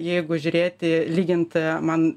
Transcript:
jeigu žiūrėti lyginti man